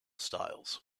styles